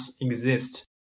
exist